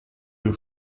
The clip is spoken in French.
nos